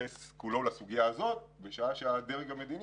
שיתייחס כולו לסוגיה הזאת, בזמן שהדרג המדיני